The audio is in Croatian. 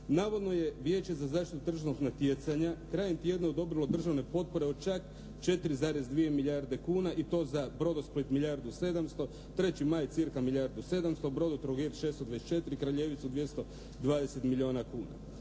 Navodno je Vijeće za zaštitu tržnog natjecanja krajem tjedna odobrilo državne potpore od čak 4,2 milijarde kuna i to za Brodosplit milijardu i 700, 3. Maj cca milijardu i 700, BrodoTrogir 624, Kraljevicu 220 milijuna kuna.